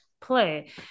play